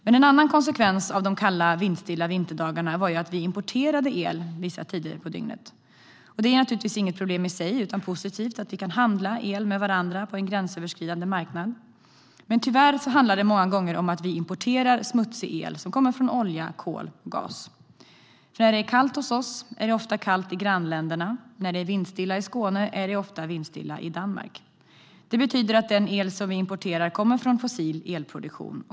En annan konsekvens av de kalla, vindstilla vinterdagarna var att vi importerade el vissa tider på dygnet. Det är naturligtvis inget problem i sig utan positivt att vi kan handla el med varandra på en gränsöverskridande marknad. Men tyvärr handlar det många gånger om att vi importerar smutsig el som kommer från olja, kol eller gas. När det är kallt hos oss är det ofta kallt i grannländerna. När det är vindstilla i Skåne är det ofta vindstilla i Danmark. Det betyder att den el som vi importerar kommer från fossil elproduktion.